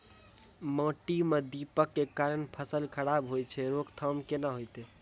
माटी म दीमक के कारण फसल खराब होय छै, रोकथाम केना होतै?